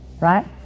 right